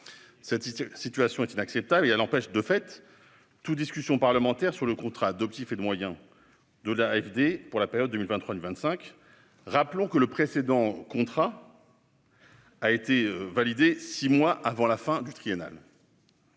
Cette situation est inacceptable et elle empêche toute discussion parlementaire sur le contrat d'objectifs et de moyens de l'AFD pour la période 2023-2025. Rappelons que le dernier COM a été validé six mois avant la fin du précédent